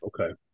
Okay